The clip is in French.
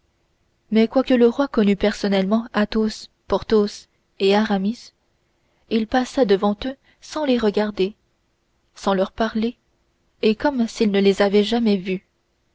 mais quoique le roi connût personnellement athos porthos et aramis il passa devant eux sans les regarder sans leur parler et comme s'il ne les avait jamais vus